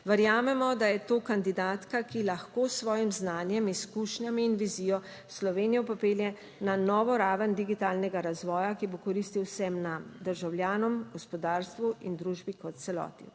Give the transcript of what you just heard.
Verjamemo, da je to kandidatka, ki lahko s svojim znanjem, izkušnjami in vizijo Slovenijo popelje na novo raven digitalnega razvoja, ki bo koristil vsem nam državljanom, gospodarstvu in družbi kot celoti.